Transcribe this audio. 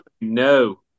no